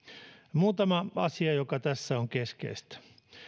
muutama asia joka tässä on keskeistä